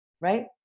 right